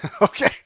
Okay